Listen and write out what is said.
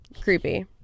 Creepy